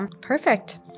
Perfect